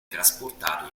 trasportato